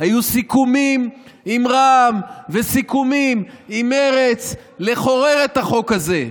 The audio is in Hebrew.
היו סיכומים עם רע"מ וסיכומים עם מרצ לחורר את החוק הזה.